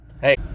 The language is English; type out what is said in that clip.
Hey